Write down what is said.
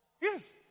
Yes